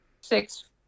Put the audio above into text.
six